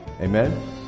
Amen